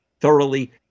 thoroughly